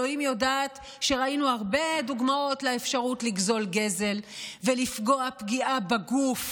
אלוהים יודעת שראינו הרבה דוגמאות לאפשרות לגזול גזל ולפגוע פגיעה בגוף,